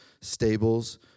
stables